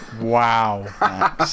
Wow